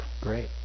great